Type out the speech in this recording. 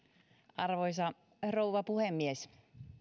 arvoisa rouva puhemies